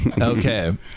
okay